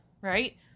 right